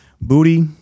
booty